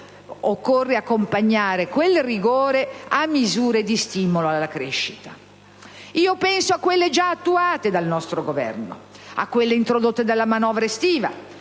occorre accompagnare quel rigore a misure di stimolo alla crescita. Penso a quelle già attuate dal nostro Governo, a quelle introdotte dalla manovra estiva,